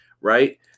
Right